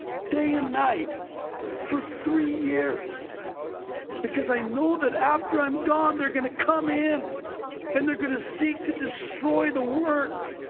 day and night for three years because i know that after i'm gone, they're going to come in and they're going to seek to destroy the work,